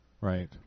Right